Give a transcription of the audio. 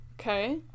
okay